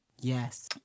Yes